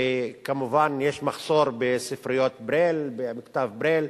וכמובן יש מחסור בספריות ברייל, בכתב ברייל.